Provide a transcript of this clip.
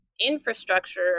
infrastructure